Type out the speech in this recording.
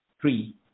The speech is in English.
Three